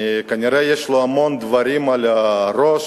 כנראה יש לו המון דברים על הראש,